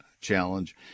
challenge